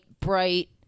bright